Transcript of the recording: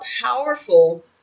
powerful